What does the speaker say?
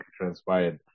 transpired